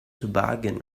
toboggan